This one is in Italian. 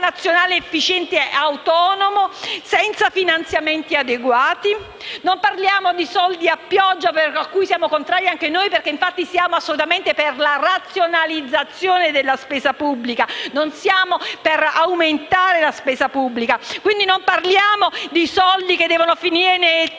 un Sistema nazionale efficiente e autonomo, senza finanziamenti adeguati? Non parliamo di soldi a pioggia a cui siamo contrari anche noi, essendo assolutamente per la razionalizzazione della spesa pubblica, non per aumentarla, quindi non parliamo di soldi che devono finire nelle